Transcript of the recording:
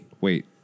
Wait